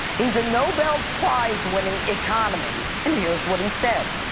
he's a nobel prize-winning economy. and here's what he said.